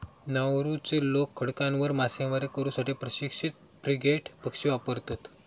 नौरूचे लोक खडकांवर मासेमारी करू साठी प्रशिक्षित फ्रिगेट पक्षी वापरतत